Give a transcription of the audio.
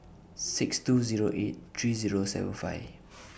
six two Zero eight three Zero seven five